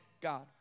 God